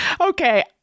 Okay